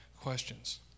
questions